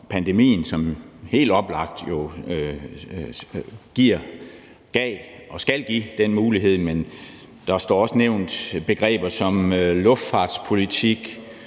pandemien, som helt oplagt giver, gav og skal give den mulighed, men der står også nævnt begreber som luftfartspolitik,